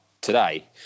today